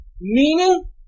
meaning